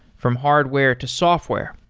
from hardware to software,